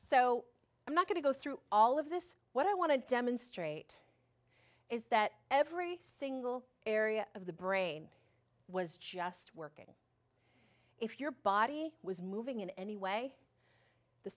so i'm not going to go through all of this what i want to demonstrate is that every single area of the brain was just working if your body was moving in any way the